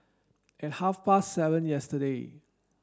at half past seven yesterday